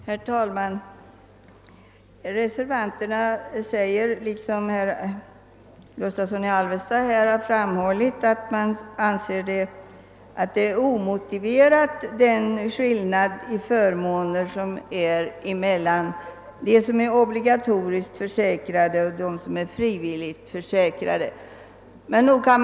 Herr talman! Reservanterna anser i likhet med herr Gustavsson i Alvesta att den skillnad i förmåner som föreligger mellan obligatoriskt och frivilligt försäkrade för tilläggssjukpenning är omotiverad.